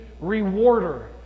rewarder